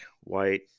white